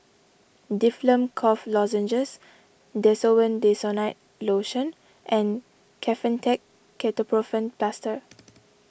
Difflam Cough Lozenges Desowen Desonide Lotion and Kefentech Ketoprofen Plaster